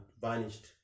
vanished